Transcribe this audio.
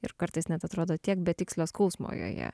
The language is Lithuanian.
ir kartais net atrodo tiek betikslio skausmo joje